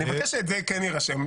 אני מבקש שזה כן יירשם,